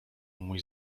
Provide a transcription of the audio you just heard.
mój